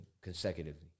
Consecutively